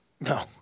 No